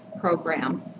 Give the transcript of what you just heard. program